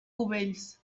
cubells